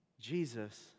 Jesus